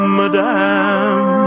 madame